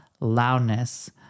loudness